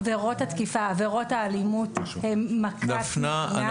עבירות התקיפה, עבירות האלימות, הן מכת מדינה.